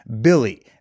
BILLY